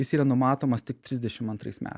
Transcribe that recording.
jis yra numatomas tik trisdešim antrais metais